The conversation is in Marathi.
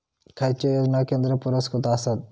खैचे योजना केंद्र पुरस्कृत आसत?